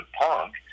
punk